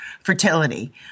fertility